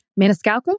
Maniscalco